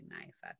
nice